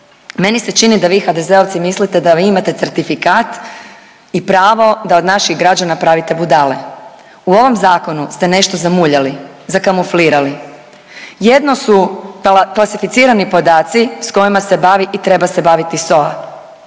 Meni se čini da vi HDZ-ovci mislite da vi imate certifikat i pravo da od naših građana pravite budale. U ovom zakonu ste nešto zamuljali, zakamuflirali, jedno su klasificirani podaci s kojima se bavi i treba se baviti SOA,